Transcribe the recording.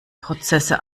prozesse